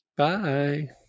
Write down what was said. Bye